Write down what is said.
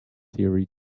theory